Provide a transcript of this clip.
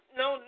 no